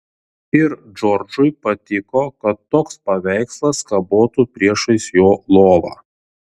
ir džordžui patiko kad toks paveikslas kabotų priešais jo lovą